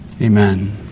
Amen